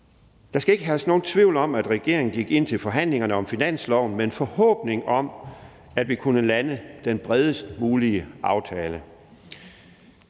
Der skal ikke herske nogen tvivl om, at regeringen gik ind til forhandlingerne om finansloven med en forhåbning om, at vi kunne lande den bredest mulige aftale.